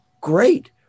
great